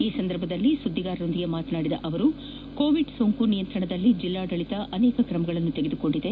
ಈ ಸಂದರ್ಭದಲ್ಲಿ ಸುದ್ದಗಾರರೊಂದಿಗೆ ಮಾತನಾಡಿದ ಅವರು ಕೋವಿಡ್ ಸೋಂಕು ನಿಯಂತ್ರಣದಲ್ಲಿ ಜಿಲ್ಲಾಡಳಿತ ಅನೇಕ ಕ್ರಮಗಳನ್ನು ತೆಗೆದುಕೊಂಡಿದೆ